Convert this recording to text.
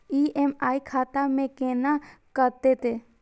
EMI खाता से केना कटते?